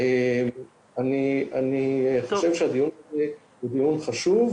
אני חושב שהדיון הזה הוא דיון חשוב,